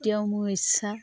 এতিয়াও মোৰ ইচ্ছা